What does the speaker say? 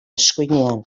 eskuinean